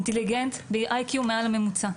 אינטליגנט ועם IQ מעל הממוצע.